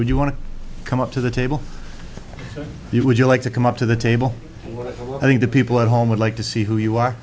would you want to come up to the table you would you like to come up to the table i think the people at home would like to see who you are